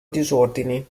disordini